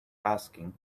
asking